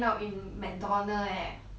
ya sia if it's me I would !wah!